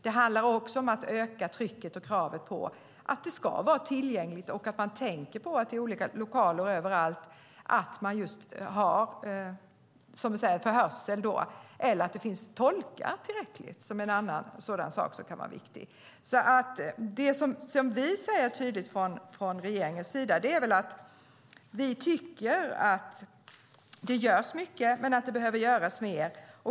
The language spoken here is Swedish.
Det handlar också om att öka trycket och kravet på att det ska vara tillgängligt och att man tänker på att man i olika lokaler överallt ser till hörseln - eller att det finns tillräckligt med tolkar, vilket är en annan sak som kan vara viktig. Det vi från regeringens sida tydligt säger är alltså att vi tycker att det görs mycket men att det behöver göras mer.